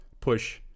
push